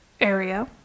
area